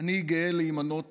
אני גאה להימנות